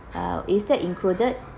uh is that included